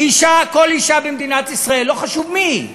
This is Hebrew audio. אישה, כל אישה במדינת ישראל, לא חשוב מי היא.